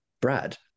Brad